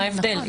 מה ההבדל?